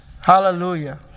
Hallelujah